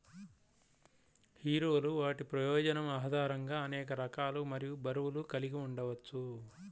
హీరోలు వాటి ప్రయోజనం ఆధారంగా అనేక రకాలు మరియు బరువులు కలిగి ఉండవచ్చు